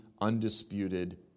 undisputed